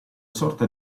sorta